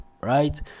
right